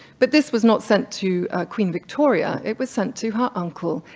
but this was not sent to queen victoria, it was sent to her uncle,